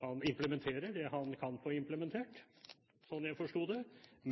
han implementerer det han kan få implementert, slik jeg forsto det,